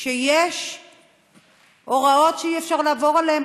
שיש הוראות שאי-אפשר לעבור עליהן,